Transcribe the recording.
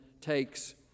takes